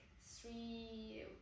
three